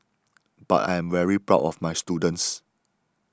but I am very proud of my students